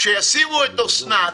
כשישימו את אוסנת,